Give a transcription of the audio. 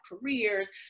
careers